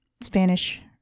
Spanish